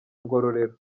ngororero